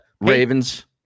Ravens